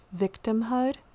victimhood